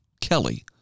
Kelly